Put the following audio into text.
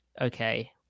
okay